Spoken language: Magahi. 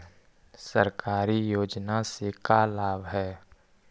सरकारी योजना से का लाभ है?